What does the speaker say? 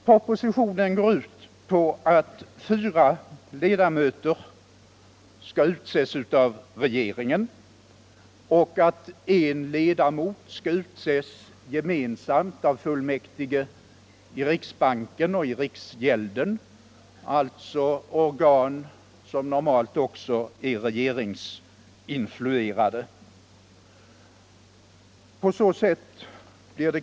Propositionen går ut på att fyra ledamöter skall utses av regeringen och att en ledamot skall utses gemensamt av fullmäktige i riksbanken och i riksgälden, alltså organ som normalt är regeringsinfluerade.